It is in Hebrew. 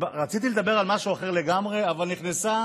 רציתי לדבר על משהו אחר לגמרי, אבל נכנסה